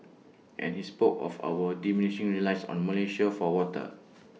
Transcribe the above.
and he spoke of our diminishing reliance on Malaysia for water